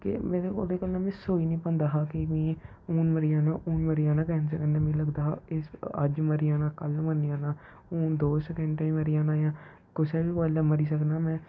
कि ओह्दे कन्नै मि सोई नेईं पांदा हा कि मि हून मरी जाना हून मरी जाना कैंसर कन्नै मि लगदा हा इस अज्ज मरी जाना कल्ल मरी जाना हून दो सकैंडे मरी जाना कुसै बी बेल्लै मरी सकना में